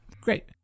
Great